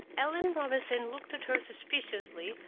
ellen robinson looked at her suspiciously,